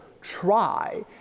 try